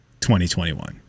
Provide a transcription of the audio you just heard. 2021